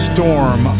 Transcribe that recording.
Storm